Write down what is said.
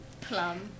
Plum